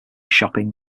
shopping